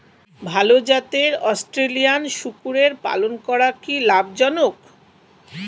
ভাল জাতের অস্ট্রেলিয়ান শূকরের পালন করা কী লাভ জনক?